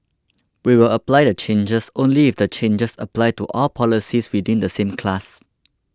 we will apply the changes only if the changes apply to all policies within the same class